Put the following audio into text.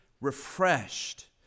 refreshed